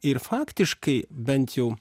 ir faktiškai bent jau